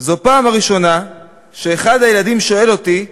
זו הפעם הראשונה שאחד הילדים שואל אותי,